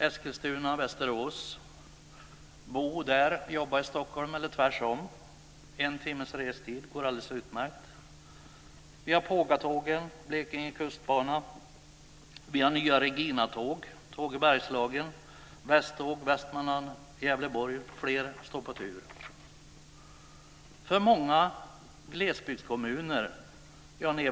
Eskilstuna-Västerås - bo där och jobba i Stockholm eller tvärtom, en timmes restid, det går alldeles utmärkt. Vi har Pågatågen, Blekinge kustbana, vi har nya Reginatåg, Tåg i Bergslagen, Västtåg i Västmanland, och fler står på tur.